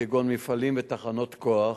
כגון מפעלים ותחנות כוח,